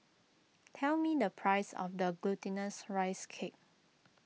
tell me the price of the Glutinous Rice Cake